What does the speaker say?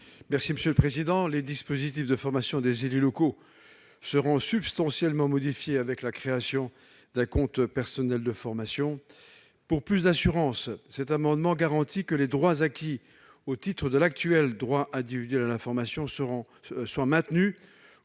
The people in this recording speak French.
M. Jean-Marie Mizzon. Les dispositifs de formation des élus locaux seront substantiellement modifiés avec la création d'un compte personnel de formation. Pour plus d'assurance, cet amendement vise à garantir que les droits acquis au titre de l'actuel droit individuel à la formation soient maintenus